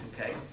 Okay